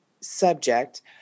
subject